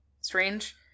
strange